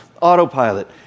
autopilot